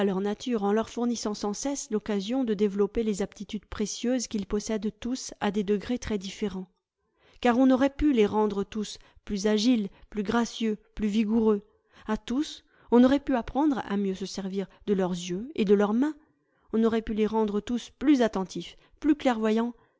nature en leur fournissant sans cesse l'occasion de développer les aptitudes précieuses qu'ils possèdent tous à des degrés très différents car on aurait pu les rendre tous plus agiles plus gracieux plus vigoureux à tous on aurait pu apprendre à mieux se servir de leurs yeux et de leurs mains on aurait pu les rendre tous plus attentifs plus clairvoyants